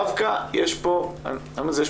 דווקא יש פה הזדמנות.